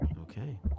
Okay